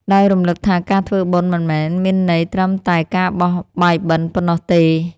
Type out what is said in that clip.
ដោយរំឮកថាការធ្វើបុណ្យមិនមែនមានន័យត្រឹមតែការបោះបាយបិណ្ឌប៉ុណ្ណោះទេ។